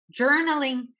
journaling